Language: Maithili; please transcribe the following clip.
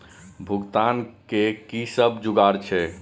भुगतान के कि सब जुगार छे?